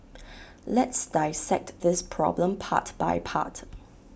let's dissect this problem part by part